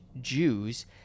Jews